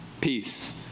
peace